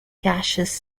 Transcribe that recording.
gaseous